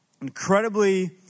incredibly